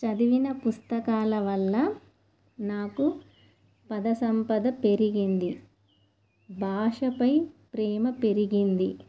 చదివిన పుస్తకాల వల్ల నాకు పద సంపద పెరిగింది భాషపై ప్రేమ పెరిగింది